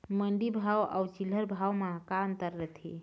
मंडी भाव अउ चिल्हर भाव म का अंतर रथे?